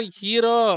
hero